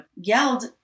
yelled